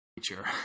feature